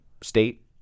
state